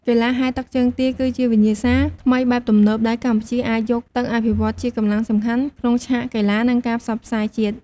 កីឡាហែលទឹកជើងទាគឺជាវិញ្ញាសាថ្មីបែបទំនើបដែលកម្ពុជាអាចយកទៅអភិវឌ្ឍជាកម្លាំងសំខាន់ក្នុងឆាកកីឡា និងការផ្សព្វផ្សាយជាតិ។